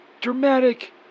dramatic